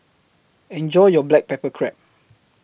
Enjoy your Black Pepper Crab